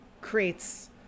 creates